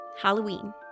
Halloween